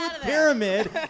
Pyramid